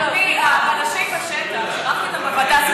אדוני, הבלשים בשטח, אירחתי אותם בוועדה.